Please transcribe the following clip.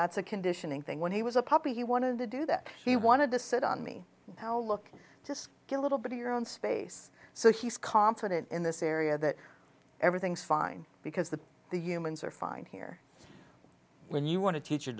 that's a conditioning thing when he was a puppy he wanted to do that he wanted to sit on me now look just get a little bit of your own space so he's confident in this area that everything's fine because the the humans are fine here when you want to teach your